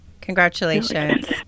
congratulations